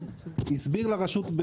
הסביר לרשות,